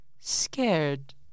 scared